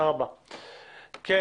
אני